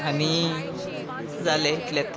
आनी जालें इतलेंच